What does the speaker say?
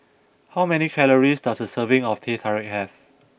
how many calories does a serving of Teh Tarik have